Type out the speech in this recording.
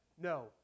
No